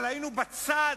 אבל היינו בצד